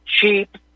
cheap